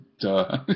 Duh